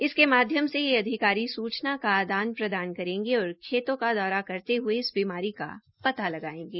इसके माध्यम से ये अधिकारी सूचना का आदान प्रदान करेंगे और खेतों का दौरा करते हये इस बीमारी की पता लगायेंगे